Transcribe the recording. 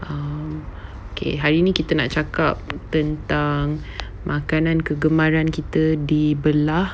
mm K hari ini kita cakap tentang makanan kegemaran kita di belah